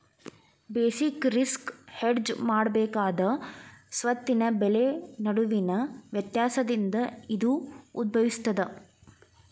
basic risk hedge ಮಾಡಬೇಕಾದ ಸ್ವತ್ತಿನ ಬೆಲೆ ನಡುವಿನ ವ್ಯತ್ಯಾಸದಿಂದ ಇದು ಉದ್ಭವಿಸ್ತದ